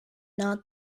not